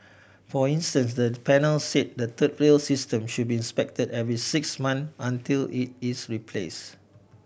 for instance the panel said the third rail system should be inspected every six months until it is replace